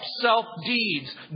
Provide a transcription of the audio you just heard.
self-deeds